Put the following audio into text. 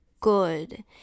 ...good